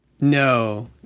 No